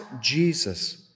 Jesus